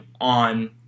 on